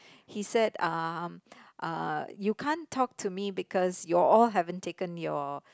he said um uh you can't talk to me because you all haven't taken your